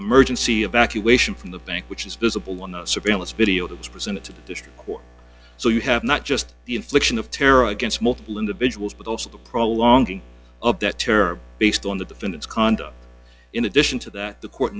see evacuation from the bank which is visible on the surveillance video that was presented to the district court so you have not just the infliction of terror against multiple individuals but also the prolonging of that terror based on the defendant's conduct in addition to that the court